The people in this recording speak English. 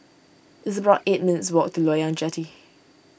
it's about eight minutes' walk to Loyang Jetty